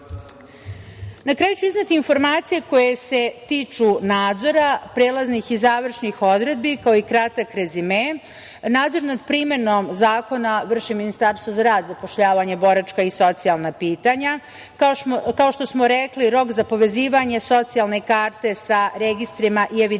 kraju ću izneti informacije koje se tiču nadzora, prelaznih i završnih odredbi, kao i kratak rezime. Nadzor nad primenom zakona vrši Ministarstvo za rad, zapošljavanje boračka i socijalna pitanja. Kao što smo rekli, rok za povezivanje socijalne karte sa registrima i evidencijama